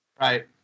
Right